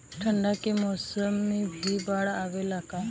ठंडा के मौसम में भी बाढ़ आवेला का?